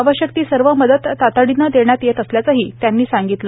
आवश्यक ती सर्व मदत तातडीनं देण्यात येत असल्याचंही प्रधानमंत्र्यांनी सांगितलं